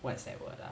what's that word ah